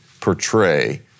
portray